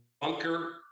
Bunker